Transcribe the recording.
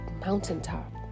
mountaintop